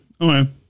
Okay